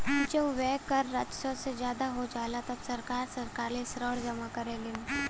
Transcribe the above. जब व्यय कर राजस्व से ज्यादा हो जाला तब सरकार सरकारी ऋण जमा करलीन